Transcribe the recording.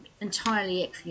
entirely